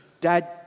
Dad